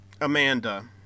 Amanda